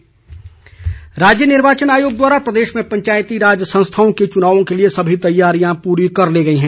पंचायत चुनाव राज्य निर्वाचन आयोग द्वारा प्रदेश में पंचायती राज संस्थाओं के चुनावों के लिए सभी तैयारियां पूरी कर ली गई हैं